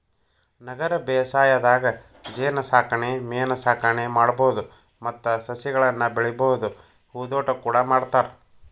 ನಗರ ಬೇಸಾಯದಾಗ ಜೇನಸಾಕಣೆ ಮೇನಸಾಕಣೆ ಮಾಡ್ಬಹುದು ಮತ್ತ ಸಸಿಗಳನ್ನ ಬೆಳಿಬಹುದು ಹೂದೋಟ ಕೂಡ ಮಾಡ್ತಾರ